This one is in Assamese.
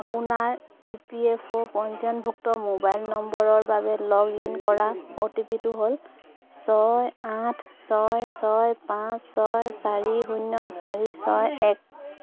আপোনাৰ ই পি এফ অ' পঞ্জীয়নভুক্ত মোবাইল নম্বৰৰ বাবে লগ ইন কৰা অ' টি পিটো হ'ল ছয় আঠ ছয় ছয় পাঁচ ছয় চাৰি শূন্য চাৰি ছয় এক